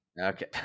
Okay